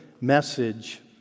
message